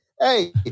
hey